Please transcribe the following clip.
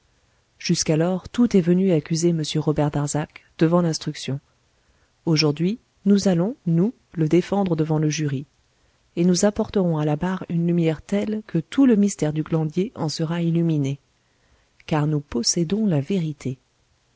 jusqu'alors tout est venu accuser m robert darzac devant l'instruction aujourd'hui nous allons nous le défendre devant le jury et nous apporterons à la barre une lumière telle que tout le mystère du glandier en sera illuminé car nous possédons la vérité